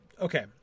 Okay